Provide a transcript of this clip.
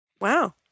Wow